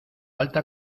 alta